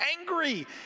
angry